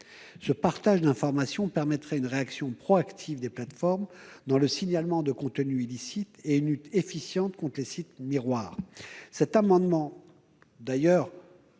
Ce partage d'informations permettrait une réaction proactive des plateformes, dont le signalement de contenus illicites, et une lutte efficace contre les sites miroirs.